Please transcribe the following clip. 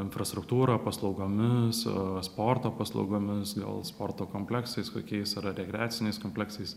infrastruktūra paslaugomis sporto paslaugomis gal sporto kompleksais tokiais ar rekreaciniais kompleksais